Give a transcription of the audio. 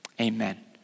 amen